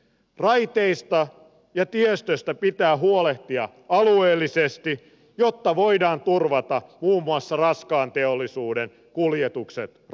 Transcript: raiteista ja tiestöstä pitää huolehtia alueellisesti jotta voidaan turvata muun muassa raskaan teollisuuden kuljetukset raiteilla